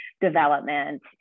development